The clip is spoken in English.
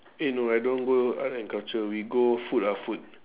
eh no I don't want go art and culture we go food lah food